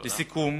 לסיכום,